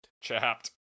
Chapped